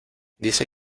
dice